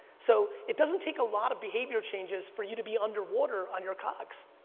so it doesn't take a lot of behavior changes for you to be underwater on your cogs.